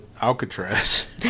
alcatraz